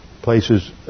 places